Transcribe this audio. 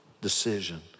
decision